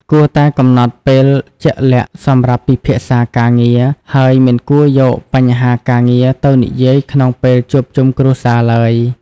គួរតែកំណត់ពេលជាក់លាក់សម្រាប់ពិភាក្សាការងារ ហើយមិនគួរយកបញ្ហាការងារទៅនិយាយក្នុងពេលជួបជុំគ្រួសារឡើយ។